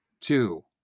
two